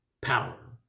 power